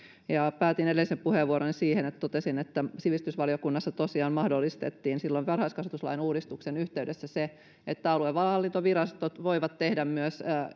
päätin edellisen puheenvuoroni siihen että totesin että sivistysvaliokunnassa tosiaan mahdollistettiin silloin varhaiskasvatuslain uudistuksen yhteydessä se että aluehallintovirastot voivat tehdä myös